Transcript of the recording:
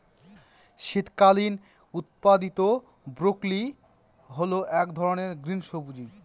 শীতকালীন উৎপাদীত ব্রোকলি হল এক ধরনের গ্রিন সবজি